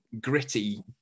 gritty